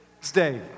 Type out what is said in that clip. Stay